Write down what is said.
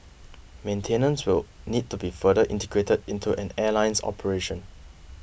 maintenance will need to be further integrated into an airline's operation